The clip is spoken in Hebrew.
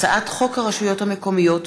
הצעת חוק הרשויות המקומיות